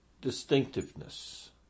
distinctiveness